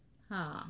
!huh!